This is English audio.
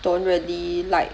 don't really like